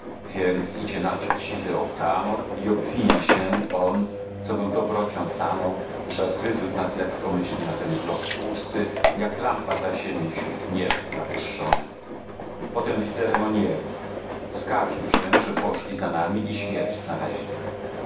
więc idzie naprzód siwy otamor i obwinia się on co był dobrocią samą że wywiódł nas lekkomyślnie na ten glob pusty jak lampa dla ziemi wśród nieb zawieszony potem widzę remognerów skarżą się że poszli za nami i śmierć znaleźli